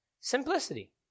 simplicity